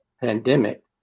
pandemic